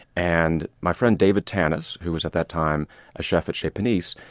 and my friend david tanis, who was at that time a chef at chez panisse,